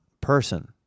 person